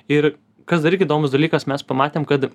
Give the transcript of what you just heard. ir kas dar irgi įdomus dalykas mes pamatėm kad